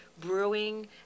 brewing